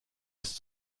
ist